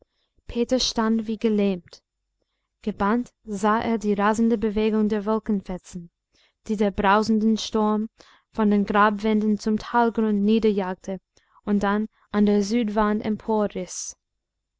peter stand wie gelähmt gebannt sah er die rasende bewegung der wolkenfetzen die der brausende sturm von den grabwänden zum talgrund niederjagte und dann an der südwand